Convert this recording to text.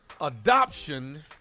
Adoption